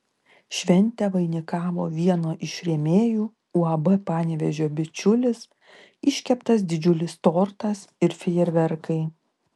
šventę vainikavo vieno iš rėmėjų uab panevėžio bičiulis iškeptas didžiulis tortas ir fejerverkai